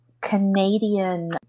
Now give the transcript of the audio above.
Canadian